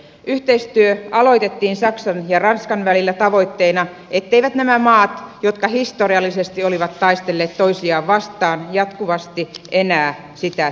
yhteistyö aloitettiin saksan ja ranskan välillä tavoitteena etteivät nämä maat jotka historiallisesti olivat taistelleet toisiaan vastaan jatkuvasti enää sitä tekisi